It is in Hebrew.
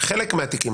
חלק מהתיקים.